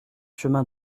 chemin